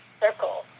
circle